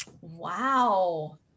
wow